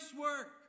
work